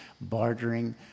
bartering